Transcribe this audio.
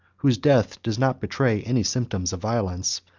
whose death does not betray any symptoms of violence,